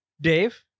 Dave